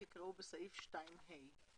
יקראו "בסעיף 2(ה)".